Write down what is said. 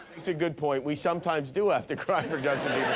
it's a good point. we sometimes do have to cry for justin